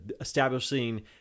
establishing